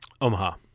Omaha